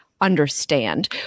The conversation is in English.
understand